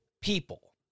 people